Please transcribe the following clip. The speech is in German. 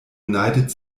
united